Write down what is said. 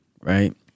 right